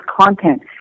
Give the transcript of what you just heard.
content